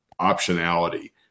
optionality